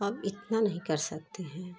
अब इतना नहीं कर सकते हैं